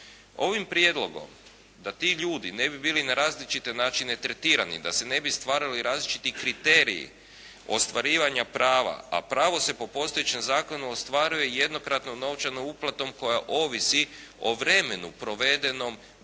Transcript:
Ovim prijedlogom da ti ljudi ne bi bili na različite načine tretirani, da se ne bi stvarali različiti kriteriji ostvarivanja prava a pravo se po postojećem zakonu ostvaruje jednokratnom novčanom uplatom koja ovisi o vremenu provedenom bez